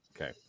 Okay